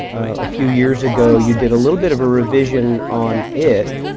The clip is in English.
a few years ago you did a little bit of a revision on it,